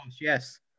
Yes